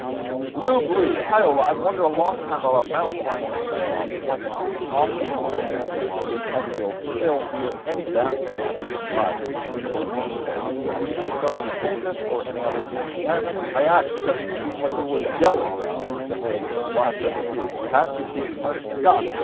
yes lew bly hi ola, i've wondered a long time about metal playing and hearing loss like, how can ozzy, tony iommi, james hetfield still hear any damn thing after playing live and recording for so long? have you any trouble with tinnitus or any other hearing impairment? i asked because it seemed like you were yelling the whole last faq had had to keep turning you down.